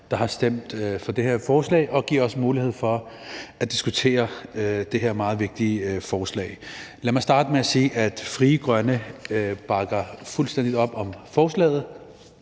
der har skrevet under på det her forslag og givet os mulighed for at diskutere det her meget vigtige forslag. Lad mig starte med at sige, at Frie Grønne bakker fuldstændig op om forslaget.